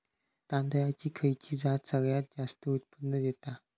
तांदळाची खयची जात सगळयात जास्त उत्पन्न दिता?